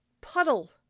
puddle